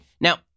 Now